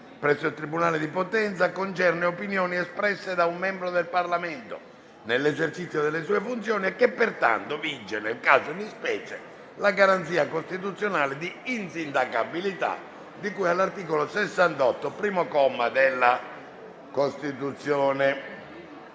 del tribunale di Roma, non concerne opinioni espresse da un membro del Parlamento nell'esercizio delle sue funzioni e che, pertanto, non vige nel caso di specie la garanzia costituzionale di insindacabilità di cui all'articolo 68, primo comma, della Costituzione.